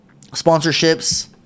sponsorships